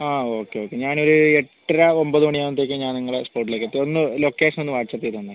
ആ okay okay ഞാനൊരു എട്ടര ഒമ്പത് മണി ആവുമ്പോഴത്തേക്കും ഞാൻ നിങ്ങള സ്പോട്ടിലേക്ക് എത്തും ഒന്ന് ലൊക്കേഷൻ ഒന്ന് വാട്ട്സ്ആപ്പ് ചെയ്ത് തന്നാൽ മതി